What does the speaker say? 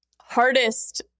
hardest